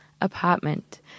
apartment